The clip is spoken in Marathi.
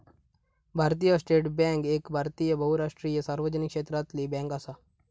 भारतीय स्टेट बॅन्क एक भारतीय बहुराष्ट्रीय सार्वजनिक क्षेत्रातली बॅन्क असा